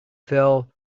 fell